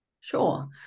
Sure